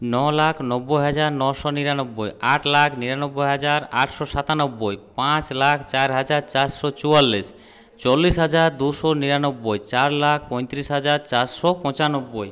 ন লাখ নব্বই হাজার নশো নিরানব্বই আট লাখ নিরানব্বই হাজার আটশো সাতানব্বই পাঁচ লাখ চার হাজার চারশো চুয়াল্লিশ চল্লিশ হাজার দুশো নিরানব্বই চার লাখ পঁয়ত্রিশ হাজার চারশো পঁচানব্বই